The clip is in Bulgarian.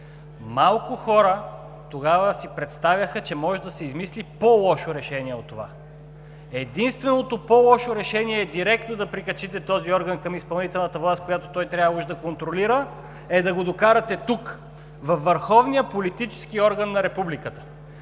Малко хора тогава си представяха, че може да се измисли по-лошо решение от това. Единственото по-лошо решение от директно да прикачите този орган към изпълнителната власт, която той трябва уж да контролира, е да го докарате тук, във върховния политически орган на Републиката.